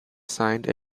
signed